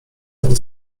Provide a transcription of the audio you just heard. ani